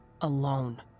alone